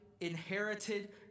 inherited